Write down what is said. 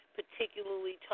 particularly